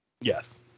Yes